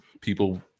people